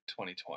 2020